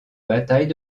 batailles